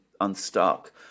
unstuck